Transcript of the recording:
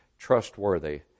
Trustworthy